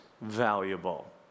valuable